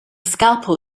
scalpel